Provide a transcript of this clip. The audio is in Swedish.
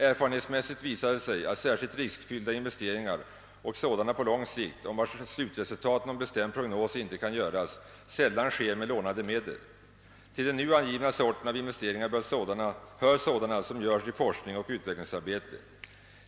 Erfarenhetsmässigt visar det sig att särskilt riskfyllda investeringar och sådana på lång sikt, om vars slutresultat någon bestämd prognos icke kan göras, sällan sker med lånade medel. Till den nu angivna sorten av investeringar hör sådana som görs i forskning och utvecklingsarbete.